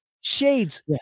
Shades